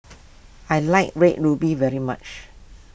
I like Red Ruby very much